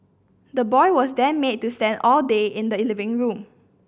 the boy was then made to stand all day in the living room